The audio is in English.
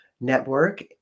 Network